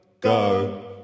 go